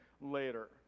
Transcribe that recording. later